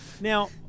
now